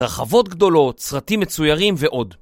רחבות גדולות, סרטים מצוירים ועוד